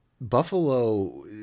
Buffalo